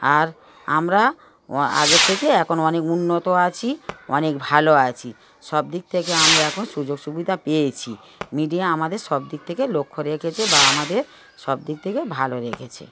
আর আমরা আগের থেকে এখন অনেক উন্নত আছি অনেক ভালো আছি সব দিক থেকে আমরা এখন সুযোগ সুবিধা পেয়েছি মিডিয়া আমাদের সব দিক থেকে লক্ষ্য রেখেছে বা আমাদের সব দিক থেকে ভালো রেখেছে